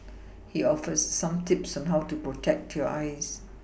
he offers some tips on how to protect your eyes